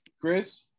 Chris